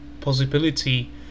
possibility